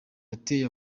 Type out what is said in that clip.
yateye